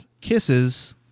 Kisses